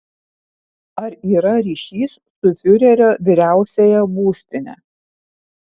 ar yra ryšys su fiurerio vyriausiąja būstine